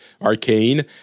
Arcane